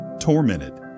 tormented